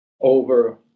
over